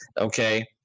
Okay